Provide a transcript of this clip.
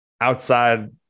outside